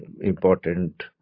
important